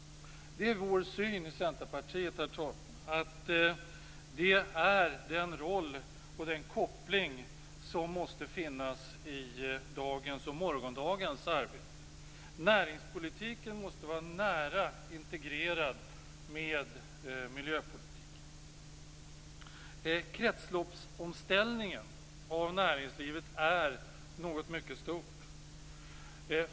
Det är vår syn i Centerpartiet, att det är den roll och den koppling som måste finnas i dagens och morgondagens arbete. Näringspolitiken måste vara nära integrerad med miljöpolitiken. Kretsloppsomställningen av näringslivet är något mycket stort.